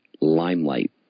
Limelight